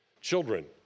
Children